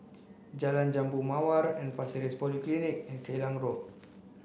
Jalan Jambu Mawar and Pasir Ris Polyclinic and Klang Road